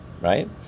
right